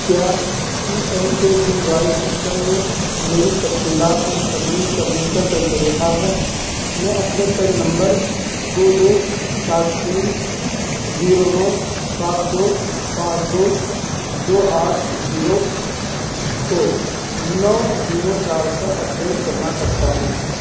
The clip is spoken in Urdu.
کیا P M K V Y system میں میری تفصیلات میں ترمیم کرنے کا کوئی طریقہ ہے میں اپنے پین نمبر دو دو سات تین زیرو نو سات دو پانچ دو دو آٹھ زیرو کو نو زیرو چار پر اپ ڈیٹ کرنا چاہتا ہوں